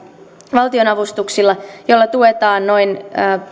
valtionavustuksilla joilla tuetaan noin